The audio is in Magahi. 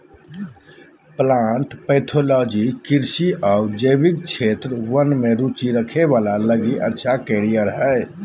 प्लांट पैथोलॉजी कृषि आऊ जैविक क्षेत्र वन में रुचि रखे वाला लगी अच्छा कैरियर हइ